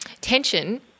tension